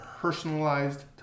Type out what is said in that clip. personalized